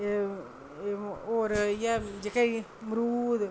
होर इ'यै जेह्के मरूद